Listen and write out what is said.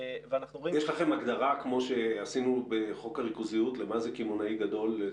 יש לכם הגדרה כמו שעשינו בחוק הריכוזיות האומרת מה זה קמעונאי גדול?